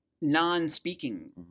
non-speaking